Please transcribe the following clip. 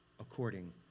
according